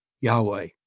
Yahweh